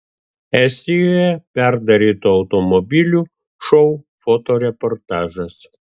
estijoje perdarytų automobilių šou fotoreportažas